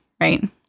right